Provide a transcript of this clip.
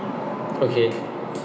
okay